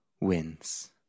wins